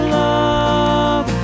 love